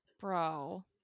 Bro